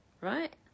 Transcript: right